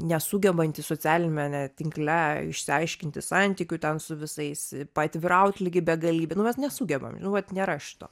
nesugebantys socialiamene tinkle išsiaiškinti santykių ten su visais paatviraut ligi begalybė nu mes nesugebam nu vat nėra šito